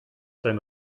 sein